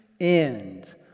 end